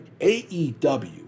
AEW